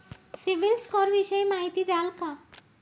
CIBIL score विषयी माहिती द्याल का?